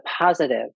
positive